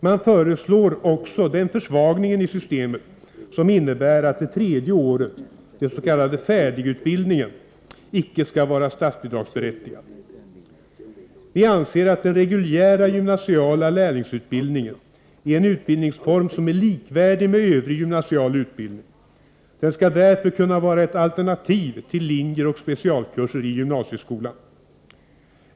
Man föreslår också den försvagningen i systemet som innebär att det tredje året — den s.k. färdigutbildningen — icke skall vara statsbidragsberättigat. Vi anser att den reguljära gymnasiala lärlingsutbildningen är en utbildningform som är likvärdig med övrig gymnasial utbildning. Den skall därför kunna vara ett alternativ till linjer och specialkurser i gymnasieskolan.